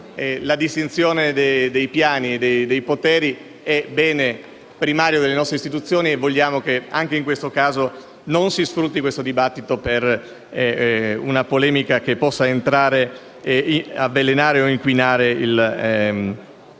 la distinzione dei piani dei poteri è bene primario delle nostre istituzioni. Non vogliamo che, anche in questo caso, si sfrutti questo dibattito per una polemica che possa avvelenare o inquinare la